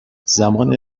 زمان